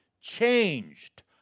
changed